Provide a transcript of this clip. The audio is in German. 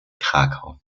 krakau